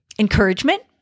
Encouragement